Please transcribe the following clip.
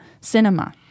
cinema